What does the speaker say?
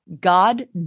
God